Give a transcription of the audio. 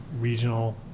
regional